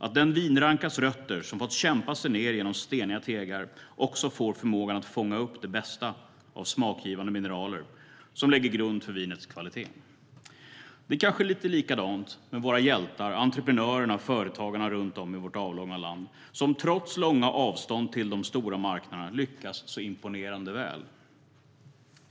Den vinrankas rötter som har fått kämpa sig ned genom steniga tegar får också förmågan att fånga upp det bästa av smakgivande mineraler som lägger grund för vinets kvalitet. Det kanske är lite likadant med våra hjältar, entreprenörerna och företagarna runt om i vårt avlånga land, som trots långa avstånd till de stora marknaderna lyckas imponerande väl.